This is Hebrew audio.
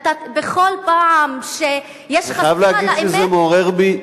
אתה בכל פעם שיש חשיפה לאמת,